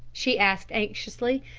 she asked anxiously.